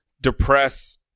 Depress